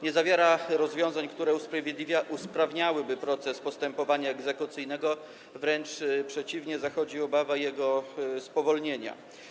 Nie zawiera rozwiązań, które usprawniałyby proces postępowania egzekucyjnego, wręcz przeciwnie, zachodzi obawa jego spowolnienia.